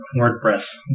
WordPress